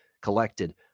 collected